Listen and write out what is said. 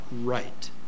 right